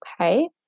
Okay